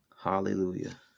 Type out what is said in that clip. Hallelujah